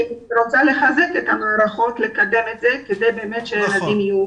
אני רוצה לחזק את המערכות לקדם את זה כדי שהילדים יהיו באמת